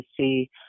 see